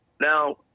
Now